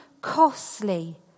costly